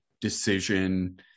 decision